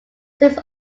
since